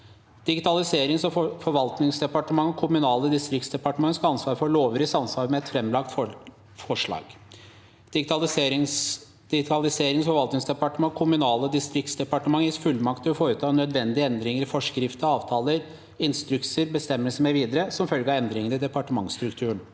Digitaliserings- og forvaltningsdepartementet og Kommunal- og distriktsdepartementet skal ha ansvar for lover i samsvar med et fremlagt forslag. Digitaliserings- og forvaltningsdepartementet og Kommunal- og distriktsdepartementet gis fullmakt til å foreta nødvendige endringer i forskrifter, avtaler, instrukser, bestemmelser mv. som følge av endringene i departementsstrukturen.